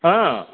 অঁ